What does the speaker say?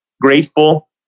grateful